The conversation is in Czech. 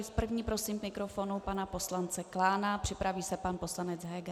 S první prosím k mikrofonu pana poslance Klána, připraví se pan poslanec Heger.